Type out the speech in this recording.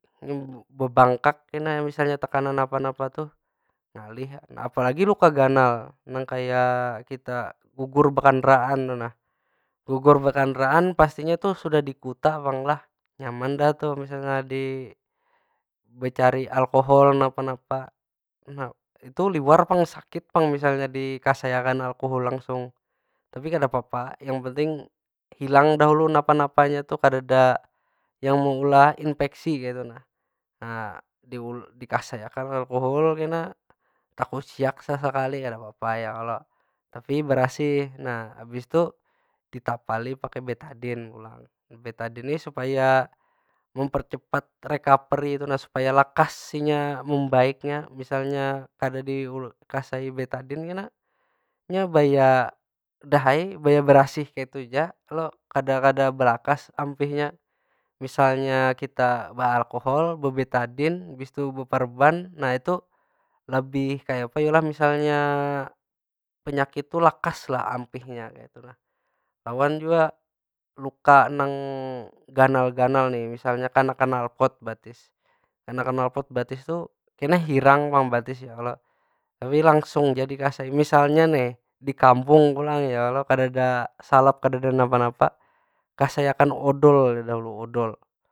Magin bebangkak kena misalnya tekana napa- napa tuh, ngalih. Apa lagi luka ganal, nang kaya kita gugur bekandaraan tu nah. Gugur bekandaraan pastinya tu sudah di kutah pang lah. Nyaman dah tu misalnya becari alkohol, napa- napa. tu liwar pang, sakit pang misalnya dikasai alkohol langsung. Tapi kadapapa hilang dahulu napa- napanya tu. Kadeda yang meulah inpeksi kaytu nah. Nah, dikasai akan alkohol kena takuciak sasakali kadapapa ya kalo? Tapi barasih. Nah habis itu ditapali pakai betadin pulang, betadin ni supaya mempercepat rekaperi tu nah supaya lakas membaiknya. Misalnya kada dikasai betadin kena, nya baya- baya barasih kaytu ja lo. Kada belakas ampihnya. Misalnya kita bealkohol, bebetadin, habis tu beperban nah itu lebih ke kayapa yu lah? Misalnya penyakit tu lakas lah ampihnya kaytu nah. Lawan jua luka nang ganal- ganal ni, misalnya kana kanalpot batis. Kana kanalpot batis tu, kena hirang pang batis ya kalo? Tapi langsung ja dikasai. Misalnya ni di kampung pulang ya kalo? Kadada salep kadada napa- napa kasai akan odol ja dahulu, odol.